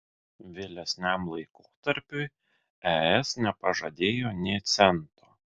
vėlesniam laikotarpiui es nepažadėjo nė cento